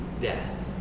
death